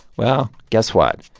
well, guess what?